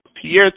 Pierre